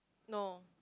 no